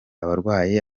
abarwayi